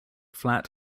flat